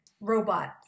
robot